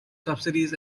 subsidies